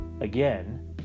Again